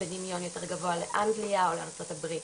בדמיון יותר גבוה לאנגליה, או לארצות הברית,